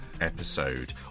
episode